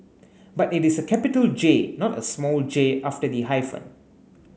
but it is a capital J not a small j after the hyphen